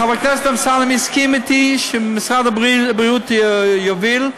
חבר הכנסת אמסלם הסכים איתי שמשרד הבריאות יוביל,